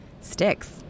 sticks